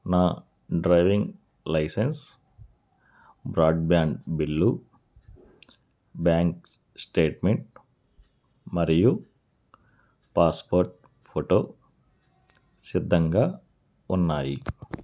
నా driving licence broadband bill bank statement మరియు passport photo సిద్ధంగా ఉన్నాయి